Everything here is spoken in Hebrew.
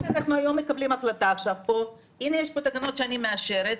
אם אנחנו מקבלים פה החלטה ומאשרים תקנות,